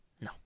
no